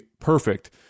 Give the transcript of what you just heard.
perfect